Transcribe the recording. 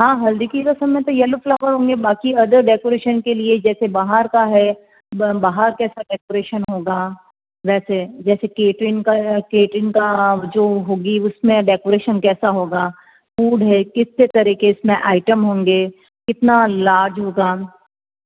हाँ हल्दी कि रसम में तो येल्लो फ़्लावर होंगे बाकी अदर डेकोरेशन के लिए जैसे बाहर का है बाहर कैसा डेकोरेशन होगा वैसे जैसे केटरिंग का केटरिंग का जो होगी उसमें डेकोरेशन कैसा होगा फ़ूड है कितने तरह के इसमें आइटम होंगे कितना लार्ज होगा